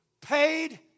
Paid